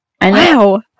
Wow